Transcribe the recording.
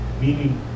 meaning